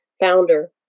founder